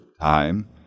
time